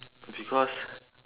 because